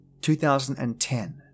2010